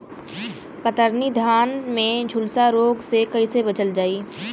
कतरनी धान में झुलसा रोग से कइसे बचल जाई?